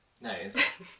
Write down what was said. nice